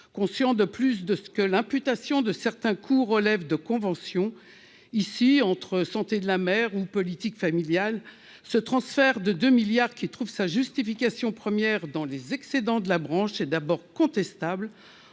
conscient de plus de ce que l'imputation de certains cours relève de conventions ici entre santé de la mère ou politique familiale ce transfert de 2 milliards qu'il trouve sa justification première dans les excédents de la branche et d'abord contestable